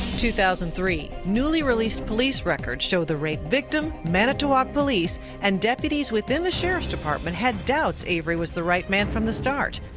two thousand and three, newly released police records show the rape victim, manitowoc police, and deputies within the sheriff's department had doubts avery was the right man from the start.